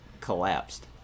collapsed